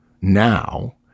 now